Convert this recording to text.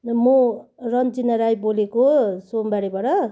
म रन्जना राई बोलेको हो सोमबारेबाट